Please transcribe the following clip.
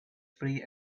free